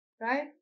right